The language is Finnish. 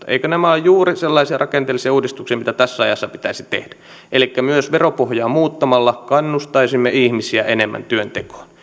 eivätkö nämä ole juuri sellaisia rakenteellisia uudistuksia mitä tässä ajassa pitäisi tehdä elikkä myös veropohjaa muuttamalla kannustaisimme ihmisiä enemmän työntekoon